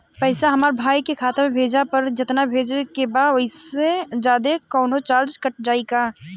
पैसा हमरा भाई के खाता मे भेजला पर जेतना भेजे के बा औसे जादे कौनोचार्ज कट जाई का?